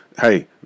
Hey